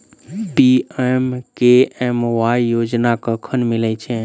PMKMY योजना कखन मिलय छै?